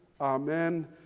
Amen